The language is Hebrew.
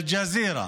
אל-ג'זירה.